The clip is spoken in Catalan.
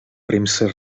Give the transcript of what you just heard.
premsa